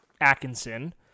Atkinson